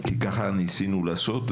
כי ככה ניסינו לעשות,